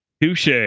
Touche